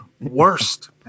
worst